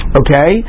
okay